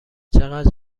چقدر